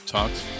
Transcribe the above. Talks